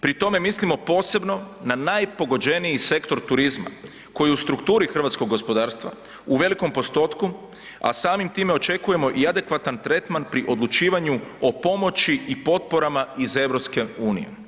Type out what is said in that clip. Pri tome mislimo posebno na najpogođeniji sektor turizma koji u strukturi hrvatskog gospodarstva u velikom postotku, a samim time očekujemo i adekvatan tretman pri odlučivanju o pomoći i potporama iz EU.